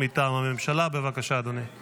4 יאיר לפיד (יש עתיד): 9 גלעד קריב (העבודה): 12 מיקי לוי (יש